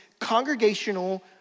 congregational